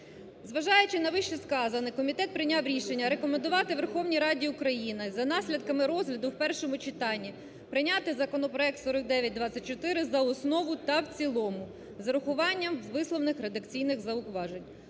Зважаючи на вищесказане, комітет прийняв рішення рекомендувати Верховній Раді України за наслідками розгляду в першому читанні прийняти законопроект 4924 за основу та в цілому з урахуванням висловлених редакційний зауважень.